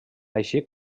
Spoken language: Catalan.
així